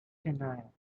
denial